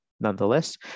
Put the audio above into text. Nonetheless